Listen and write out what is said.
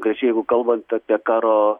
kad čia jeigu kalbant apie karo